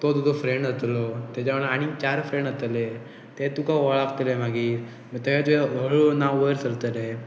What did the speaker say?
तो तुजो फ्रेंड जातलो तेज्या वांगडा आनीक चार फ्रेंड जातले तें तुका वळ लागतले मागीर ते तुजें हळूहळह नांव वयर सरतले